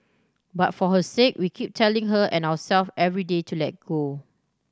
but for her sake we keep telling her and ourselves every day to let go